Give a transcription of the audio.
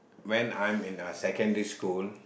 when I'm in uh secondary school